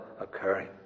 occurring